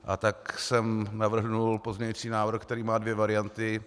A tak jsem navrhl pozměňující návrh, který má dvě varianty.